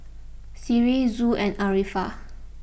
Sri Zul and Arifa